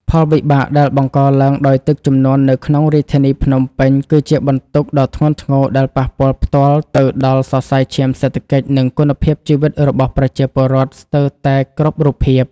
ផលវិបាកដែលបង្កឡើងដោយទឹកជំនន់នៅក្នុងរាជធានីភ្នំពេញ គឺជាបន្ទុកដ៏ធ្ងន់ធ្ងរដែលប៉ះពាល់ផ្ទាល់ទៅដល់សរសៃឈាមសេដ្ឋកិច្ច និងគុណភាពជីវិតរបស់ប្រជាពលរដ្ឋស្ទើរតែគ្រប់រូបភាព។